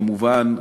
כמובן,